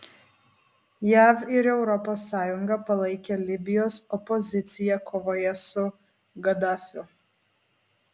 jav ir europos sąjunga palaikė libijos opoziciją kovoje su gadafiu